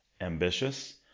Ambitious